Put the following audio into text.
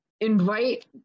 invite